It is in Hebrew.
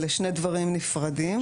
אלה שני דברים נפרדים.